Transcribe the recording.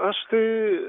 aš tai